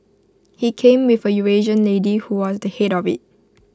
he came with A Eurasian lady who was the Head of IT